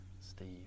Steve